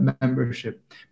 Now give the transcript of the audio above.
membership